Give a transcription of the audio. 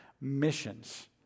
missions